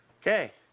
Okay